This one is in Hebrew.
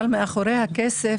אבל מאחורי הכסף,